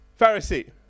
Pharisee